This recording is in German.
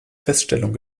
feststellung